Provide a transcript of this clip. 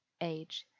age